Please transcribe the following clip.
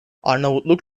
arnavutluk